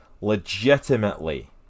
legitimately